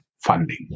funding